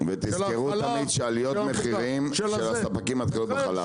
--- ותזכרו תמיד שעליות מחירים של הספקים מתחילות בחלב.